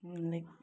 like